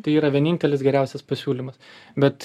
tai yra vienintelis geriausias pasiūlymas bet